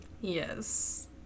Yes